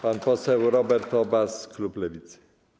Pan poseł Robert Obaz, klub Lewica.